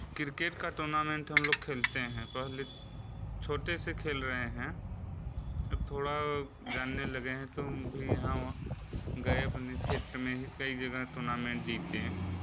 cricket का tournament हम लोग खेलते हैं पहले छोटे से खेल रहे हैं अब थोड़ा जानने लगे हैं तो हम भी यहाँ गए अपने क्षेत्र में ही कई जगह टूर्नामेंट जीते हैं